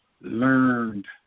learned